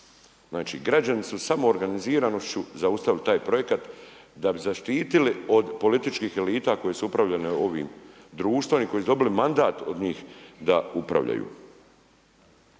Znači građani su samoorganiziranošću zaustavili taj projekat da bi zaštitili od političkih elita, koje su upravljale ovim društvom i koje su dobile mandat od njih da upravljaju.